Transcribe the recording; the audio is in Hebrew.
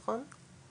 נכון?